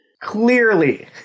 Clearly